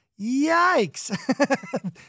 Yikes